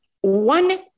one